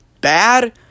bad